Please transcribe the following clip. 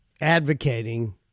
advocating